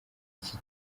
iki